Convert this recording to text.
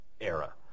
era